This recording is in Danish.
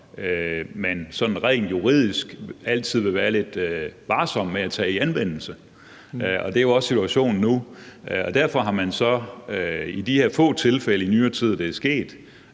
sådan rent juridisk altid vil være lidt varsom med at tage i anvendelse. Det er jo også situationen nu, og derfor har der i de få tilfælde i nyere tid, hvor det er sket,